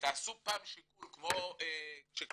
ותעשו פעם שיקול כמו שקראנו